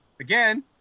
again